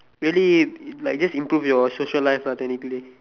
really like just improve your social life lah technically